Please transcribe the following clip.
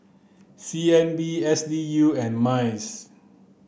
C N B S D U and MINDS